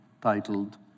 titled